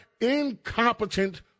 incompetent